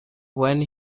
when